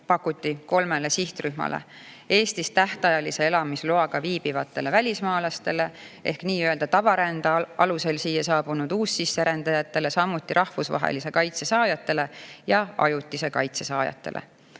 pakuti kolmele sihtrühmale: Eestis tähtajalise elamisloaga viibivatele välismaalastele ehk nii‑öelda tavarände alusel siia saabunud uussisserändajatele, samuti rahvusvahelise kaitse saajatele ja ajutise kaitse saajatele.